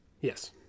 Yes